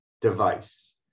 device